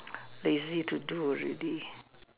easy to do really